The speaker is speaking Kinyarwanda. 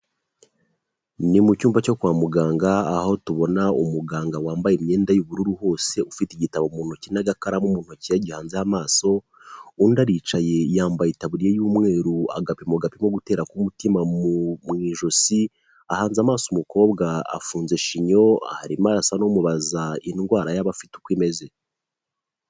Ni mu cyumba cyo kwa muganga aho tubona umuganga wambaye imyenda y'ubururu hose ufite igitabo mu intoki n’agakaramu mu intoki yagihanzeho amaso undi, aricaye yambaye itaburiya y'umweru agapimo gapima gutera k'umutima mu ijosi ahanze amaso umukobwa afunze shinyo arimo arasa n'umubaza indwara yaba afite uko imeze.